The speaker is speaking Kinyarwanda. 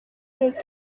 leta